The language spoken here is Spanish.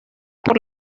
por